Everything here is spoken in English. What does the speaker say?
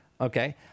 okay